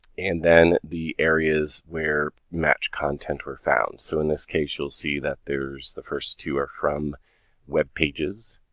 and then the areas where matched content were found. so in this case, you'll see that there's the first two are from web pages,